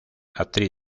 actriz